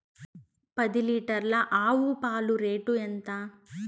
పది లీటర్ల ఆవు పాల రేటు ఎంత?